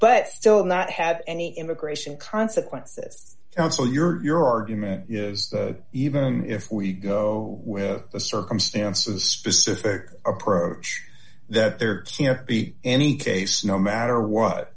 but still not had any immigration consequences counsel you're arguing it is even if we go with the circumstances specific approach that there can't be any case no matter what